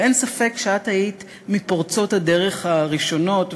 ואין ספק שאת היית מפורצות הדרך הראשונות,